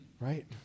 right